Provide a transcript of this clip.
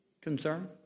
concern